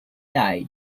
tide